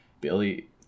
Billy